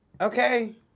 Okay